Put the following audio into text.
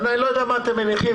אני לא יודע מה אתם מניחים.